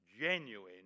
genuine